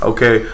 Okay